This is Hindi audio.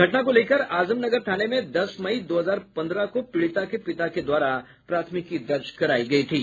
घटना को लेकर आजमनगर थाने में दस मई दो हजार पन्द्रह को पीड़िता के पिता के द्वारा प्राथमिकी दर्ज कराई गई थी